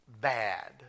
bad